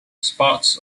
spots